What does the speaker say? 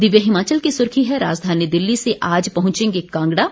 दिव्य हिमाचल की सुर्खी है राजधानी दिल्ली से आज पहुंचेगे कांगड़ा